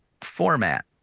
format